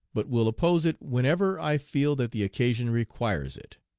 but will oppose it whenever i feel that the occasion requires it.